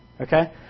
Okay